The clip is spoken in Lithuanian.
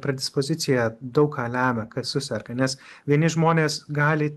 predispozicija daug ką lemia kad suserga nes vieni žmonės gali